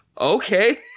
okay